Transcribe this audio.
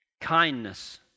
Kindness